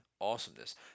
awesomeness